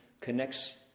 connects